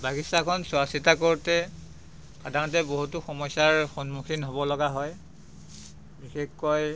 বাগিচাখন চোৱা চিতা কৰোঁতে সাধাৰণতে বহুতো সমস্যাৰ সন্মুখীন হ'ব লগা হয় বিশেষকৈ